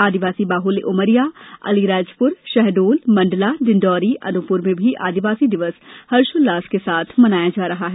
आदिवासी बाहुल्य उमरिया अलीराजपुर शहडोलसतना मंडला डिंडौरी अनूपपुर में भी आदिवासी दिवस हर्षोल्लास के साथ मनाया जा रहा है